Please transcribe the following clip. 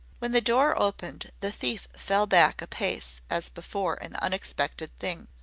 when the door opened the thief fell back a pace as before an unexpected thing.